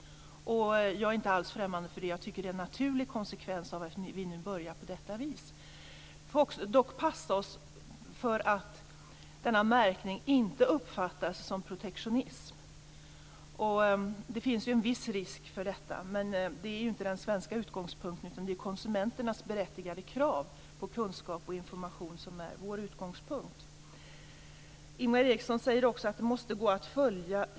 Jag är inte alls främmande för det utan tycker att det är en naturlig konsekvens av att vi nu börjar på detta vis. Vi får dock passa oss så att denna märkning inte uppfattas som protektionism. Det finns ju en viss risk för det. Men detta är inte den svenska utgångspunkten, utan det är konsumenternas berättigade krav på kunskap och information som är vår utgångspunkt. Ingvar Eriksson säger också att detta måste gå att följa.